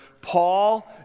Paul